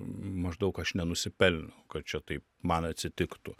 maždaug aš nenusipelniau kad čia taip man atsitiktų